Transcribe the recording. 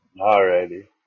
Alrighty